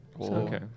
Okay